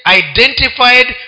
identified